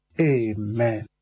Amen